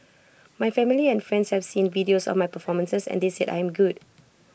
my family and friends have seen videos of my performances and they said I am good